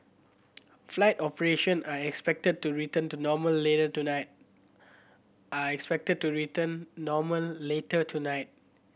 flight operation are expected to return to normal later tonight